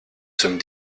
zum